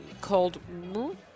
called